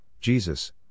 Jesus